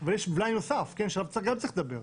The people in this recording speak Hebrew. אבל יש מלאי נוסף שעליו גם צריך לדבר,